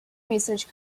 research